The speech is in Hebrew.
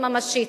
ממשית.